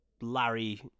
Larry